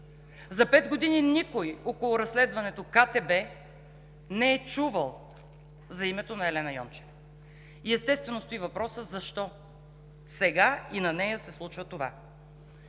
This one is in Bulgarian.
За пет години никой около разследването „КТБ“ не е чувал за името на Елена Йончева. И естествено стои въпросът: защо сега и на нея се случва това?